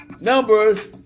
numbers